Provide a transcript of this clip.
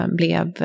blev